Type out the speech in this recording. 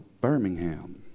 Birmingham